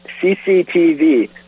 CCTV